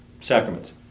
sacraments